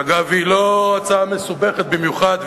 שאגב היא לא הצעה מסובכת במיוחד,